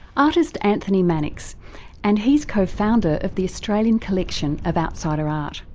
artist anthony mannix and he's co-founder of the australian collection of outsider art.